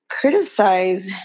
criticize